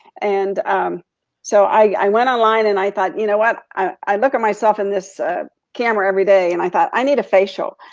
and um so i went online and i thought, you know what, i look at myself in this ah camera every day and i thought, i need a facial.